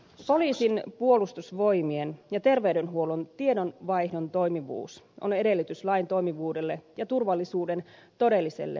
poliisin puolustusvoimien ja terveydenhuollon tiedonvaihdon toimivuus on edellytys lain toimivuudelle ja turvallisuuden todelliselle paranemiselle